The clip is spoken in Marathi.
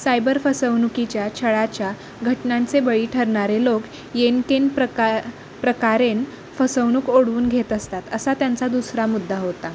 सायबर फसवणुकीच्या छळाच्या घटनांचे बळी ठरणारे लोक येन केन प्रका प्रकारेण फसवणूक ओढवून घेत असतात असा त्यांचा दुसरा मुद्दा होता